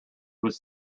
was